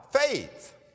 faith